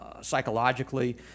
psychologically